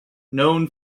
known